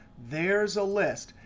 there's a list.